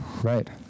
Right